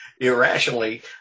irrationally